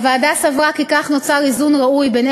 הוועדה סברה כי כך נוצר איזון ראוי בין